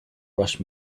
rush